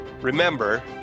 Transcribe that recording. remember